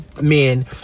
men